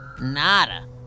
Nada